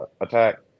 attack